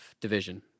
division